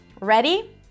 Ready